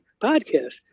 podcast